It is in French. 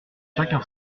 chacun